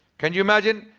can you imagine,